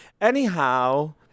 anyhow